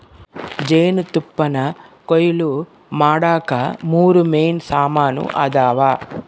ಜೇನುತುಪ್ಪಾನಕೊಯ್ಲು ಮಾಡಾಕ ಮೂರು ಮೇನ್ ಸಾಮಾನ್ ಅದಾವ